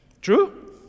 True